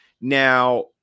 Now